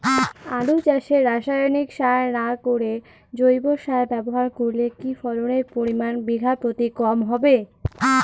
আলু চাষে রাসায়নিক সার না করে জৈব সার ব্যবহার করলে কি ফলনের পরিমান বিঘা প্রতি কম হবে?